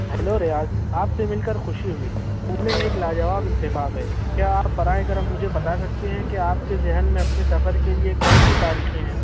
hello Riyaz آپ سے مل کر خوشی ہوئی پونے ایک لاجواب انتخاب ہے کیا آپ برائے کرم مجھے بتا سکتے ہیں کہ آپ کے ذہن میں اپنے سفر کے لئے کون سی تاریخیں ہیں